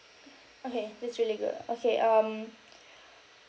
okay this is really good okay um